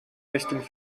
richtung